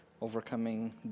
overcoming